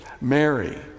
Mary